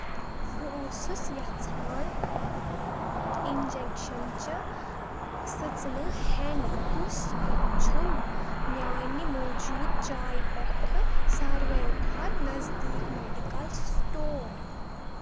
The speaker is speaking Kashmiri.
بہٕ اوسُس یژھان اِنٛجیٚکشَن چہِ سٕژنہٕ ہٮ۪نۍ، کُس چھُ میانہِ موٗجوٗدٕ جایہِ پٮ۪ٹھ ساروٕیو کھۄتہٕ نزدیٖک میڈیکل سٹور ؟